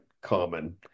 common